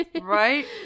Right